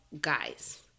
guys